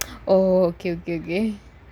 okay okay okay okay